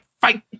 fight